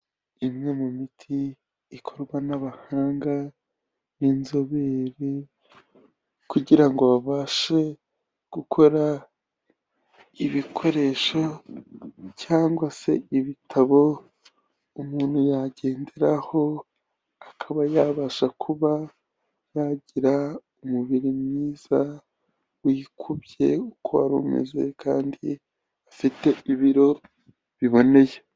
Imwe mu miti ikorwa n'abahanga b'inzobere kugira ngo babashe gukora ibikoresho cyangwa se ibitabo umuntu yagenderaho, akaba yabasha kuba yagira umubiri mwiza wikubye uko wari umeze kandi afite ibiro biboneye.